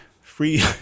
free